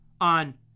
on